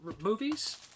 movies